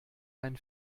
ein